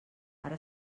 ara